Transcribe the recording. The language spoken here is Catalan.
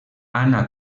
anna